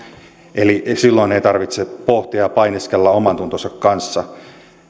eli silloin ei tarvitsisi pohtia ja painiskella omantuntonsa kanssa